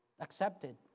accepted